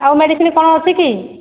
ଆଉ ମେଡ଼ିସିନ୍ କ'ଣ ଅଛି କି